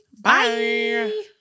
Bye